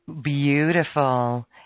Beautiful